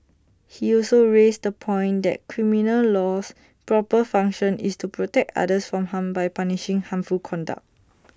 he also raised the point that criminal law's proper function is to protect others from harm by punishing harmful conduct